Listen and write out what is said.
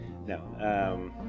No